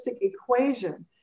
equation